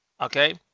Okay